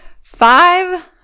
five